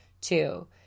Two